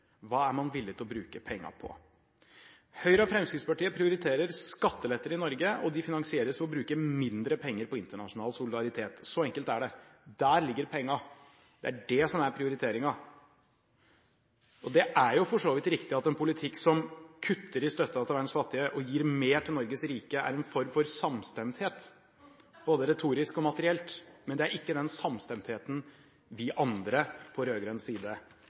Hva er man villig til å bruke pengene på? Høyre og Fremskrittspartiet prioriterer skatteletter i Norge, og disse finansieres ved å bruke mindre penger på internasjonal solidaritet. Så enkelt er det. Der ligger pengene, det er det som er prioriteringen. Det er for så vidt riktig at en politikk som kutter i støtten til verdens fattige og gir mer til Norges rike, er en form for samstemthet, både retorisk og materielt, men det er ikke den samstemtheten vi andre, på rød-grønn side,